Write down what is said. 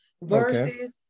versus